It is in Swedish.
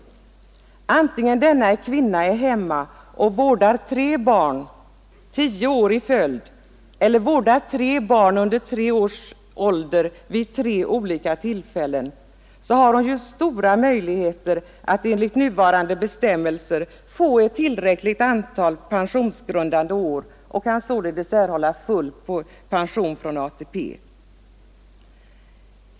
Vare sig denna kvinna är hemma och vårdar tre barn tio år i följd eller vårdar tre barn under tre års ålder vid tre olika tillfällen har hon ju stora möjligheter att enligt nuvarande bestämmelser få ett tillräckligt antal pensionsgrundande år och kan således erhålla full pension från ATP.